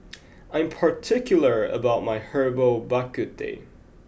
I am particular about my Herbal Bak Ku Teh